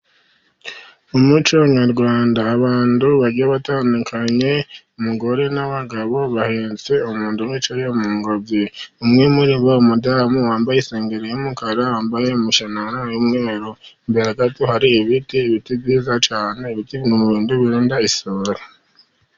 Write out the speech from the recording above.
Umuco nyarwanda abantu bagiye batandukanye umugore n'abagabo bahetse umuntu umwe wicaye mu ngobyi, umwe muri bo umudamu wambaye isengeri y'umukara wambaye umushanana w'umweru imbere gato hari ibiti ibiti byiza cyane, ibiti birinda isuri.